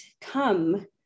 come